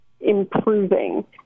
improving